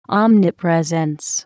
omnipresence